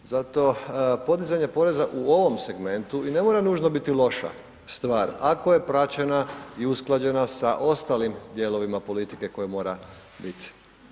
Zato podizanje poreza u ovom segmentu i ne mora nužno biti loša stvar ako je praćena i usklađena sa ostalim dijelovima politike koja mora biti.